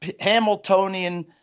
Hamiltonian